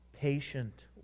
patient